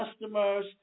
customers